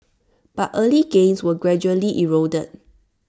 but early gains were gradually eroded